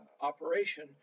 operation